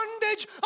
bondage